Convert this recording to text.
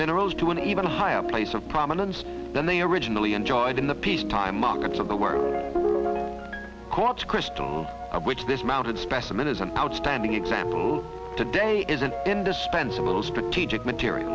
minerals to an even higher place of prominence than they originally enjoyed in the peacetime markets of the world courts crystal of which this mounted specimen is an outstanding example today is an indispensable strategic material